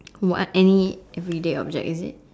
what any everyday object is it